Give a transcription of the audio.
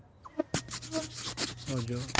ᱚᱡᱚᱜ